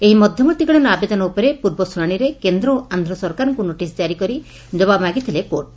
ଏହି ମଧ୍ଧବର୍ତ୍ତୀକାଳୀନ ଆବେଦନ ଉପରେ ପୂର୍ବ ଶୁଶାଶିରେ କେନ୍ଦ୍ ଓ ଆନ୍ଧ ସରକାରଙ୍କୁ ନୋଟିସ୍ କରି ଜବାବ ମାଗିଥିଲେ କୋର୍ଟ